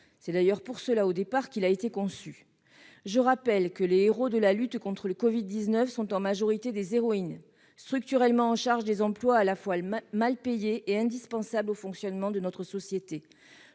C'est d'ailleurs pour cela qu'il a été au départ conçu. Je rappelle que les héros de la lutte contre le Covid-19 sont en majorité des héroïnes, structurellement en charge des emplois à la fois mal payés et indispensables au fonctionnement de notre société.